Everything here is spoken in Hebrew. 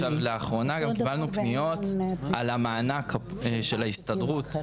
לאחרונה גם קיבלנו פניות על המענק של ההסתדרות.